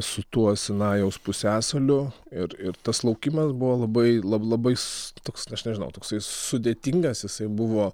su tuo sinajaus pusiasaliu ir ir tas laukimas buvo labai lab labai s toks aš nežinau toksai sudėtingas jisai buvo